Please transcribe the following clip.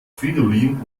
fridolin